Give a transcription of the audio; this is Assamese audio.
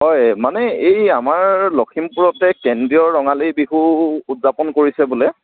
হয় মানে এই আমাৰ লখিমপুৰতে কেন্দ্ৰীয় ৰঙালী বিহু উৎযাপন কৰিছে বোলে